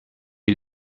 you